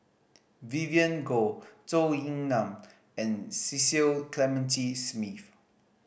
Vivien Goh Zhou Ying Nan and Cecil Clementi Smith